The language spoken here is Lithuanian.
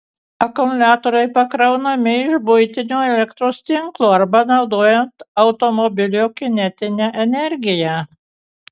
akumuliatoriai pakraunami iš buitinio elektros tinklo arba naudojant automobilio kinetinę energiją